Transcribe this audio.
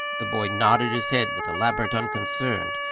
the boy nodded his head with elaborate unconcern,